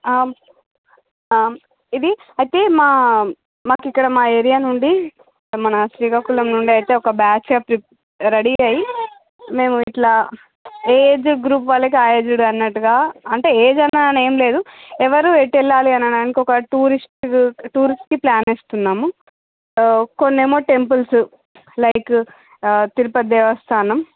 ఇది అయితే మా మాకు ఇక్కడ మా ఏరియా నుండి మన శ్రీకాకుళం నుండి అయితే ఒక బ్యాచ్ ప్రీ రెడీ అయి మేము ఇట్లా ఏ ఏజ్ గ్రూప్ వాళ్ళకి ఏజ్డ్ అన్నట్టుగా అంటే ఏజ్ అన్నా అనేం లేదు ఎవరు ఎటు వెళ్ళాలి అని అనుకోక టూరిస్ట్ టూర్కి ప్లాను వేసుకున్నాము కొన్ని ఏమో టెంపుల్సు లైక్ తిరుపతి దేవస్థానం